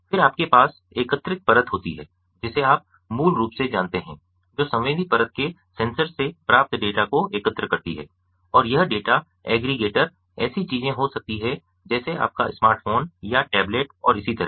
फिर आपके पास एकत्रित परत होती है जिसे आप मूल रूप से जानते हैं जो संवेदी परत के सेंसर से प्राप्त डेटा को एकत्र करती है और यह डेटा एग्रीगेटर ऐसी चीजें हो सकती हैं जैसे आपका स्मार्ट फोन या टैबलेट और इसी तरह की